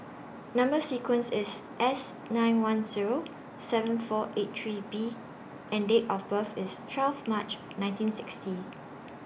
Number sequence IS S nine one Zero seven four eight three B and Date of birth IS twelve March nineteen sixty